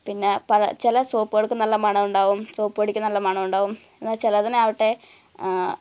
പിന്നെ പല ചില സോപ്പുകൾക്ക് നല്ല മണമുണ്ടാവും സോപ്പ് പൊടിക്ക് നല്ല മണമുണ്ടാവും എന്നാൽ ചിലതിനാവട്ടെ